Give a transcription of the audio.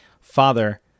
father